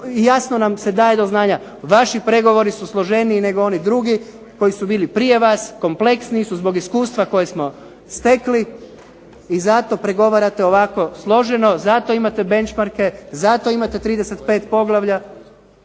jasno nam se daje do znanja vaši pregovori su složeniji nego oni drugi koji su bili prije vas, kompleksniji su, zbog iskustva koje smo stekli i zato pregovarate ovako složeno, zato imate benchmarke, zato imate 35 poglavlja,